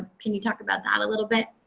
can you talk about that a little bit.